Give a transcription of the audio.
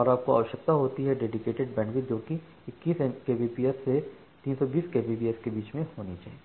और आपको आवश्यकता होती है डेडीकेटेड बैंडविड्थ जोकि 21 केबीपीएस से 320 केबीपीएस के बीच होनी चाहिए